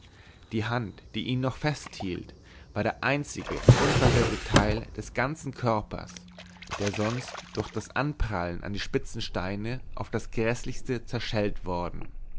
die hand die ihn noch festhielt war der einzige unversehrte teil des ganzen körpers der sonst durch das anprallen an die spitzen steine auf das gräßlichste zerschellt worden